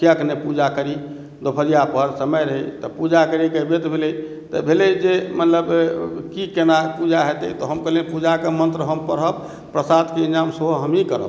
कियाक ने पूजा करी दोपहरिया पहर समय रहै तऽ पूजा करैके मति भेलै तऽ भेलै जे मतलब की केना पूजा हेतै तऽ हम कहलियै पूजाके मन्त्र हम पढ़ब प्रसादके इन्तजाम सेहो हमहीँ करब